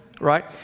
right